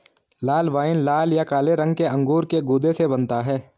लाल wine लाल या काले रंग के अंगूर के गूदे से बनता है